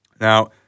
Now